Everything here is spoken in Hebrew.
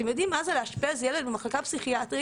אתם יודעים מה זה לאשפז ילד במחלקה פסיכיאטרית